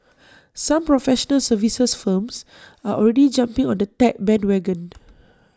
some professional services firms are already jumping on the tech bandwagon